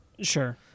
Sure